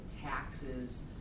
taxes